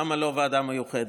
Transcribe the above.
למה לא לוועדה המיוחדת.